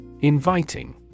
Inviting